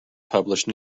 published